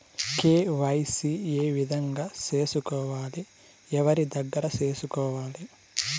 KYC ఏ విధంగా సేసుకోవాలి? ఎవరి దగ్గర సేసుకోవాలి?